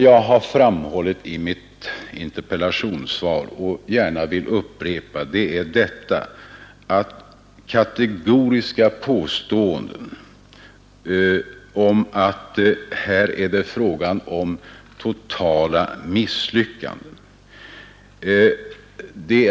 Jag har framhållit i mitt interpellationssvar — och jag vill gärna upprepa det — att det inte är riktigt att kategoriskt påstå att det här rör sig om totala misslyckanden.